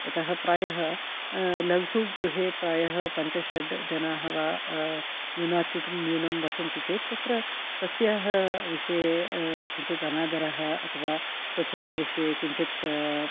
यतः प्रायः लघु गृहे प्रायः पञ्चषड् जनाः वा न्यूनातिन्यूनं वसन्ति चेत् तत्र तस्याः विषये किञ्चित् अनादरः अथवा स्वच्छता विषये किञ्चित्